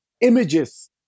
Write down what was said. images